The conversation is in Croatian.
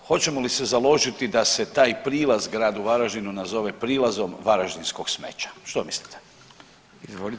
Hoćemo li se založiti da se taj prilaz gradu Varaždinu nazove prilazom varaždinskog smeća, što mislite?